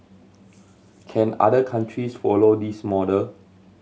can other countries follow this model